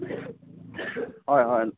হয় হয়